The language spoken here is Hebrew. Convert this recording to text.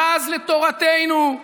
בז לתורתנו,